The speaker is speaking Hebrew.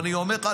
ואני אומר לך,